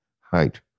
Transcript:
height